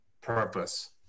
purpose